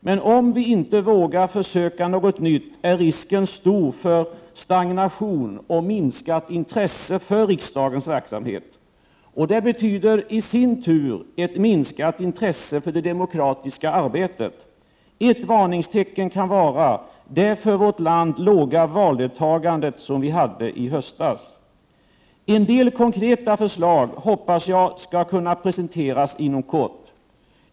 Men, om vi inte vågar försöka något nytt är risken stor för stagnation och minskat intresse för riksdagens verksamhet. Det betyder i sin tur ett minskat intresse för det demokratiska arbetet. Ett varningstecken kan vara det för vårt land låga valdeltagande som vi hade i höstas. En del konkreta förslag hoppas jag skall kunna presenteras inom kort.